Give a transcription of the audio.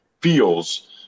feels